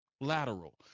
lateral